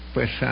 Pues